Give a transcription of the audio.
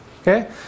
okay